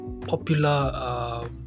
popular